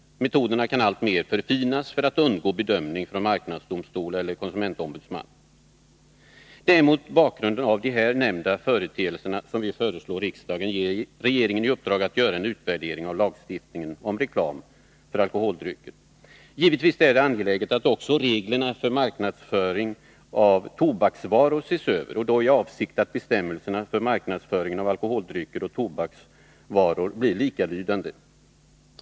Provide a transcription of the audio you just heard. Metoderna kan alltmer förfinas, för att man skall kunna undgå bedömning av marknadsdomstol eller konsumentombudsman. Det är mot bakgrund av nämnda företeelser som vi föreslår riksdagen att ge regeringen i uppdrag att göra en utvärdering av lagstiftningen om reklam för alkoholdrycker. Givetvis är det angeläget att också reglerna för marknadsföring av tobaksvaror ses över, i avsikt att bestämmelserna för marknadsföring av alkoholdrycker och tobaksvaror blir likalydande.